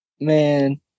Man